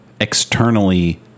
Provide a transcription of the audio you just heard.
externally